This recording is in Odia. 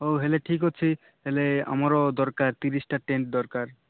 ହଉ ହେଲେ ଠିକ୍ ଅଛି ହେଲେ ଆମର ଦରକାର ତିରିଶିଟା ଟେଣ୍ଟ୍ ଦରକାର